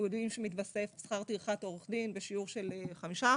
יודעים שמתווסף שכר טרחת עורך דין בשיעור של 5%,